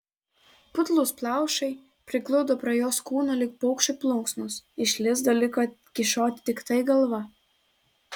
putlūs plaušai prigludo prie jos kūno lyg paukščio plunksnos iš lizdo liko kyšoti tiktai galva